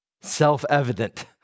self-evident